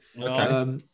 Okay